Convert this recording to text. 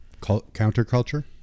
counterculture